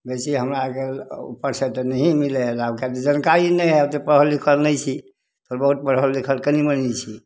बेसी हमरा आरके उप्पर से तऽ नहिए मिलै हइ लाभ किएकी जनकारी नहि हइ ओत्ते पढ़ल लिखल नहि छी तऽ बहुत पढ़ल लिखल कनी मनी छी